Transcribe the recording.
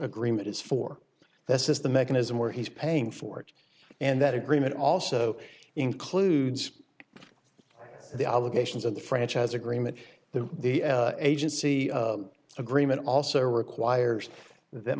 agreement is for this is the mechanism where he's paying for it and that agreement also includes the obligations of the franchise agreement that the agency agreement also requires that